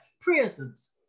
prisons